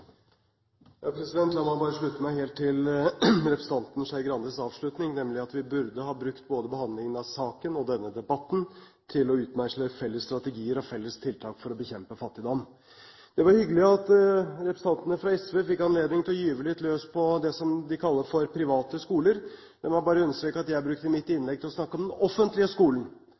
La meg bare slutte meg helt til representanten Skei Grandes avslutning, nemlig at vi burde ha brukt både behandlingen av saken og denne debatten til å utmeisle felles strategier og felles tiltak for å bekjempe fattigdom. Det var hyggelig at representantene fra SV fikk anledning til å gyve litt løs på det som de kaller for «privat skole». La meg bare understreke at jeg brukte mitt innlegg til å snakke om den offentlige skolen,